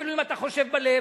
אפילו אם אתה חושב בלב.